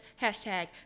Hashtag